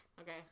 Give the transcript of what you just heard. Okay